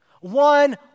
one